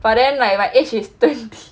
but then like my age is